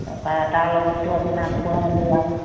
তাৰপৰা তাৰ লগততো আপোনাৰ খোৱা বোৱা